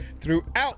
throughout